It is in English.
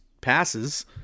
passes